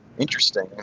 Interesting